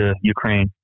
Ukraine